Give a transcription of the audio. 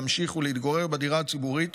להמשיך ולהתגורר בדירה הציבורית